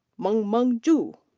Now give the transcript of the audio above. mengmeng zhu.